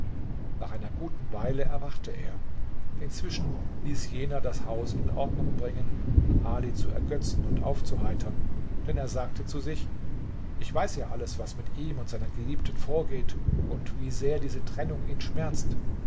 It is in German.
nach einer guten weile erwachte er inzwischen ließ jener das haus in ordnung bringen um ali zu ergötzen und aufzuheitern denn er sagte zu sich ich weiß ja alles was mit ihm und seiner geliebten vorgeht und wie sehr diese trennung ihn schmerzt